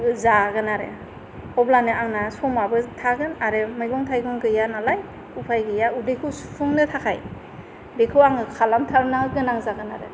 जागोन आरो अब्लानो आंना समाबो थागोन आरो मैगं थाइगं गैया नालाय उफाय गैया उदैखौ सुफुंनो थाखाय बेखौ आङो खालामथारनो गोनां जागोन आरो